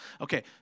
Okay